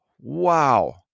Wow